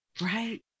Right